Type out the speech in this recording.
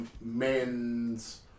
men's